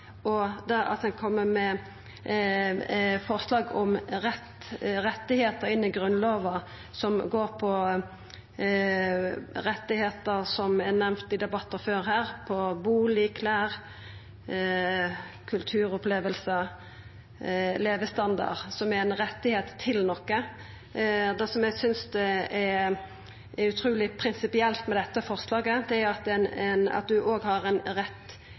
og det som er ein rett til noko; at ein kjem med forslag om rettar inn i Grunnlova som går på rettar som er nemnde i debattar før her – til bustad, klede, kulturopplevingar, levestandard. Det som eg synest er utruleg prinsipielt med dette forslaget, er at du òg har ein rett til fridom frå noko. Eg trur at